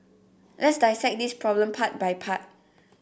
let's dissect this problem part by part